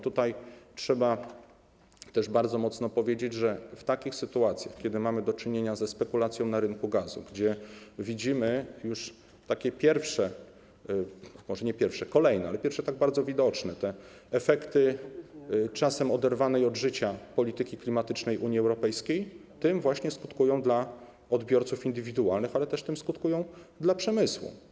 Trzeba też bardzo mocno powiedzieć, że w takich sytuacjach, kiedy mamy do czynienia ze spekulacją na rynku gazu, widzimy już pierwsze, może nie pierwsze, kolejne, ale pierwsze tak bardzo widoczne, efekty czasem oderwanej od życia polityki klimatycznej Unii Europejskiej - tym właśnie skutkują dla odbiorców indywidualnych, ale też tym skutkują dla przemysłu.